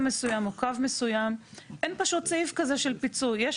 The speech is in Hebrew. מסוים או קו מסוים אין סעיף כזה של פיצוי.